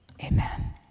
Amen